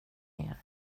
ner